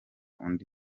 undi